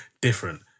Different